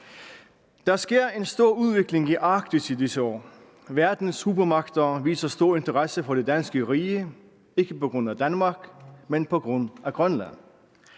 Der sker en stor udvikling i Arktis i disse år. Verdens supermagter viser stor interesse for det danske rige ikke på grund af Danmark, men på grund af Grønland.